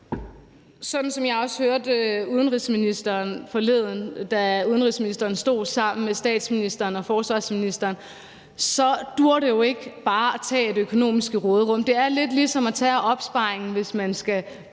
Sådan som jeg også hørte udenrigsministeren forleden, da udenrigsministeren stod sammen med statsministeren og forsvarsministeren, duer det jo ikke bare at tage af det økonomiske råderum. Det er lidt ligesom at tage af opsparingen, hvis man skal